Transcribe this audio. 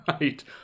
Right